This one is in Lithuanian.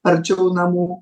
arčiau namų